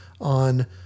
on